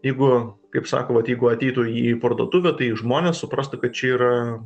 jeigu kaip sako vat jeigu ateitų į parduotuvę tai žmonės suprastų kad čia yra